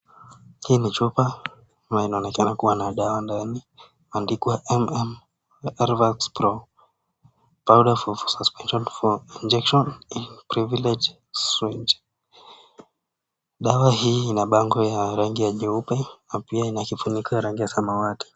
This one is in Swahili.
Hii ni chupa ambayo inaonekana kuwa na dawa ndani .I meandikwa Enter exravat pro for conversation and injection . Dawa hizi Ina bango ya angi nyeupe na Ina Kifuniko ya rangi ya samawati.